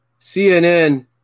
CNN